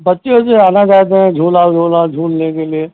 बच्चे वच्चे आना चाहते है झूला झूला झूलने के लिए